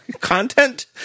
content